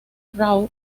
raw